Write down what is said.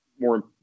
more